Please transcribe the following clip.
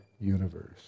universe